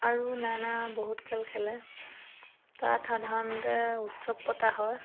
আৰু নানা বহুত খেল খেলে তাত সাধাৰণতে উৎসৱ পতা হয়